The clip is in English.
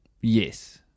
yes